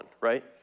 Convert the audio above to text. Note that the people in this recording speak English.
right